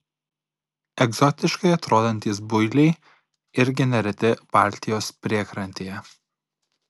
egzotiškai atrodantys builiai irgi nereti baltijos priekrantėje